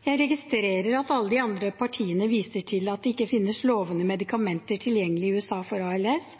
Jeg registrerer at alle de andre partiene viser til at det ikke finnes lovende medikamenter tilgjengelig i USA for ALS,